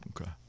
Okay